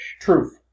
truth